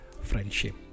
friendship